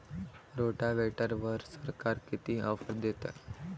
रोटावेटरवर सरकार किती ऑफर देतं?